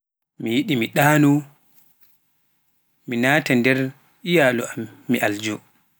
mi yiɗi mi ɗanoo mi naata nde iyallu an min aljo.